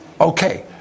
Okay